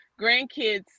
grandkids